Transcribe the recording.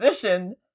position